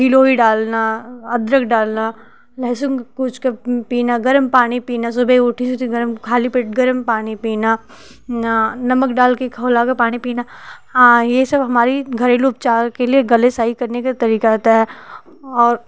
गिलोई डालना अदरक डालना लहसुन कूच कर पीना गर्म पानी पीना सुबह उठी सूती गर्म खाली पेट गर्म पानी पीना ना नमक डाल कर खौला कर पानी पीना यह सब हमारी घरेलू उपचार के लिए गले सही करने के तरीका होता है और